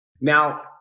Now